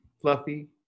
fluffy